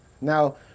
Now